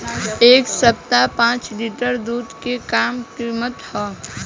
एह सप्ताह पाँच लीटर दुध के का किमत ह?